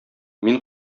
мин